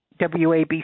WABC